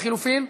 לחלופין?